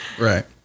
Right